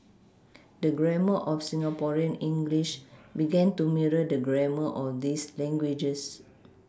the grammar of Singaporean English began to mirror the grammar of these languages